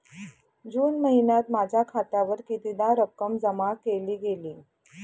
जून महिन्यात माझ्या खात्यावर कितीदा रक्कम जमा केली गेली?